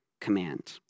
command